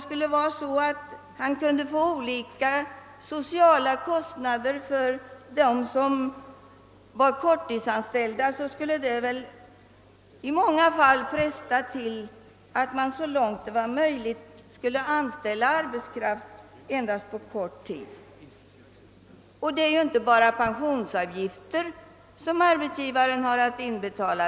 Skulle han betala mindre för dem som är korttidsanställda skulle det väl i många Tall fresta till att i så stor utsträckning som möjligt anställa arbetskraft endast för kort tid. Det är för övrigt inte bara pensionsavgifter som arbetsgivaren har att inbetala.